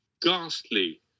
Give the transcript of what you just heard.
ghastly